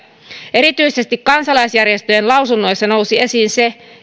erityisesti kansalaisjärjestöjen lausunnoissa nousi esiin se